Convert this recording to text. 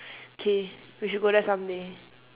K we should go there some day